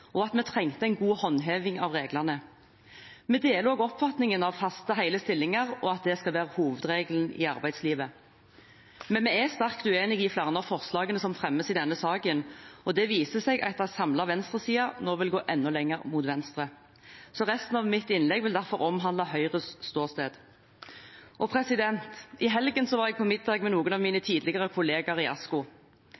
og at vi trengte en god håndheving av reglene. Vi deler også oppfatningen om at faste, hele stillinger skal være hovedregelen i arbeidslivet. Men vi er sterkt uenig i flere av forslagene som fremmes i denne saken, og det viser seg at en samlet venstreside nå vil gå enda lenger mot venstre. Resten av mitt innlegg vil derfor omhandle Høyres ståsted. I helgen var jeg på middag med noen av mine